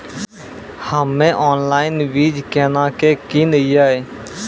हम्मे ऑनलाइन बीज केना के किनयैय?